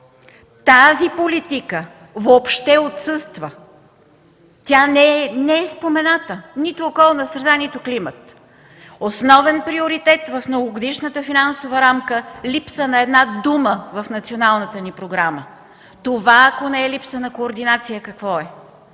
Тази политика въобще отсъства, не е спомената – нито околна среда, нито климат. Основен приоритет в Многогодишната финансова рамка, липса на една дума в националната ни програма. Това ако не е липса на координация, какво е?!